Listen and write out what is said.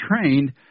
trained